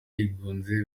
yigunze